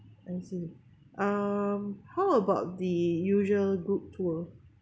I see um how about the usual group tour